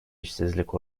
işsizlik